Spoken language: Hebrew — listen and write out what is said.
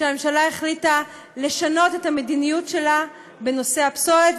שהממשלה החליטה לשנות את המדיניות שלה בנושא הפסולת,